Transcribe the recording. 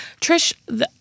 Trish